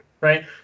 right